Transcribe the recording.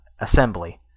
assembly